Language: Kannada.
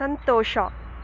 ಸಂತೋಷ